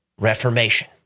reformation